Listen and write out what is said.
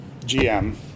GM